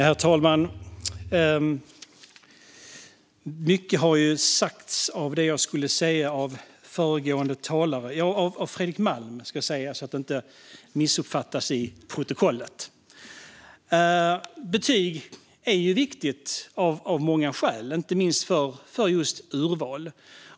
Herr talman! Mycket av det jag skulle säga har sagts av föregående talare - av Fredrik Malm, ska jag säga, så att det inte missuppfattas i protokollet. Betyg är viktigt av många skäl, inte minst för just urval.